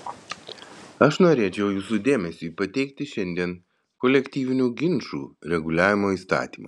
aš norėčiau jūsų dėmesiui pateikti šiandien kolektyvinių ginčų reguliavimo įstatymą